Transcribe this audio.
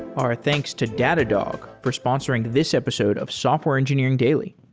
our thanks to datadog for sponsoring this episode of software engineering daily.